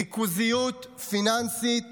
ריכוזיות פיננסית